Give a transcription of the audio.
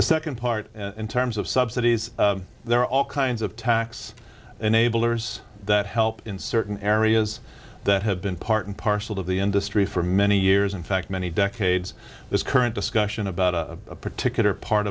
the second part in terms of subsidies there are all kinds of tax enablers that help in certain areas that have been part and parcel of the industry for many years in fact many decades this current discussion about a particular part